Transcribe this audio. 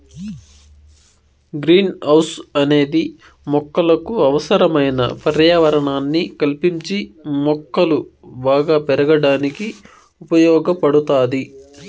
green house అనేది మొక్కలకు అవసరమైన పర్యావరణాన్ని కల్పించి మొక్కలు బాగా పెరగడానికి ఉపయోగ పడుతాది